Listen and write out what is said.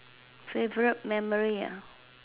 favourite memory ah